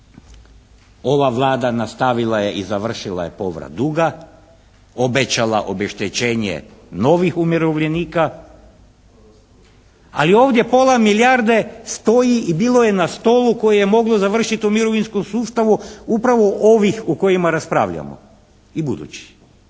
Ova Vlada nastavila je i završila je povrat duga, obećala obeštećenje novih umirovljenika. Ali ovdje pola milijarde stoji i bilo je na stolu koje je moglo završiti u mirovinskom sustavu upravo ovih o kojima raspravljamo i budućih.